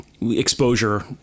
exposure